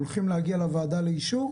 יגיעו לוועדה לאישור?